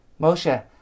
Moshe